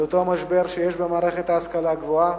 על אותו המשבר שיש במערכת ההשכלה הגבוהה.